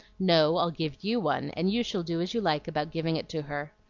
no, i'll give you one, and you shall do as you like about giving it to her.